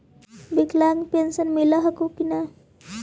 विकलांग पेन्शन मिल हको ने?